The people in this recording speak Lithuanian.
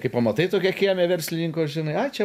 kai pamatai tokią kieme verslininko žinai ai čia